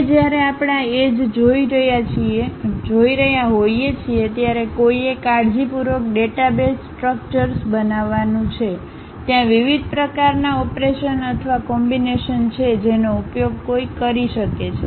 હવે જ્યારે આપણે આ એજ જોઈ રહ્યા હોઈએ છીએ ત્યારે કોઈએ કાળજીપૂર્વક ડેટાબેઝ સ્ટ્રક્ચર્સ બનાવવાનું છે ત્યાં વિવિધ પ્રકારનાં ઓપરેશન અથવા કોમ્બિનેશન છે જેનો ઉપયોગ કોઈ કરી શકે છે